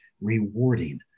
rewarding